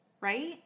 right